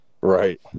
Right